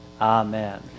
Amen